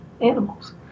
animals